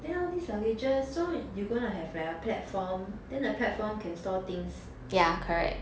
then all these luggages so you're going to have like a platform then the platform can store things